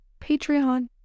Patreon